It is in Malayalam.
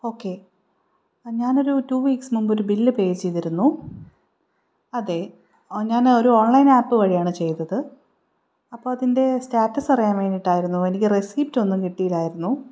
ഓക്കെ ഞാൻ ഒരു ടു വീക്സ് മുൻപ് ഒരു ബില്ല് പേ ചെയ്തിരുന്നു അതെ ഞാൻ ഒരു ഓൺലൈൻ ആപ്പ് വഴിയാണ് ചെയ്തത് അപ്പം അതിൻ്റെ സ്റ്റാറ്റസ് അറിയാൻ വേണ്ടിയിട്ടായിരുന്നു എനിക്ക് റെസിപ്റ്റ് ഒന്നും കിട്ടിയില്ലായിരുന്നു